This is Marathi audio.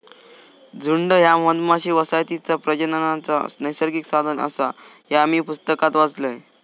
झुंड ह्या मधमाशी वसाहतीचा प्रजननाचा नैसर्गिक साधन आसा, ह्या मी पुस्तकात वाचलंय